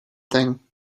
thing